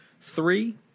Three